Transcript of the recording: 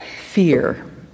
fear